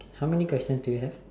how many questions do you have